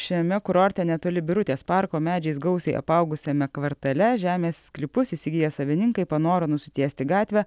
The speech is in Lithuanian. šiame kurorte netoli birutės parko medžiais gausiai apaugusiame kvartale žemės sklypus įsigiję savininkai panoro nusitiesti gatvę